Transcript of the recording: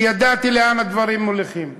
כי ידעתי לאן הדברים הולכים.